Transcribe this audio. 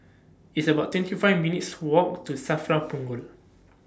It's about twenty five minutes' Walk to SAFRA Punggol